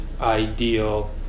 ideal